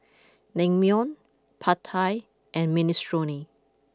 Naengmyeon Pad Thai and Minestrone